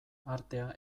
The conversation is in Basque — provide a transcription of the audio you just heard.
artea